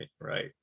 Right